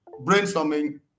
brainstorming